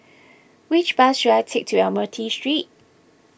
which bus should I take to Admiralty Street